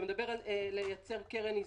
אתה מדבר על יצירת קרן איזון,